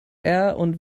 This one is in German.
und